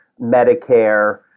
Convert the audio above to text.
Medicare